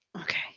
Okay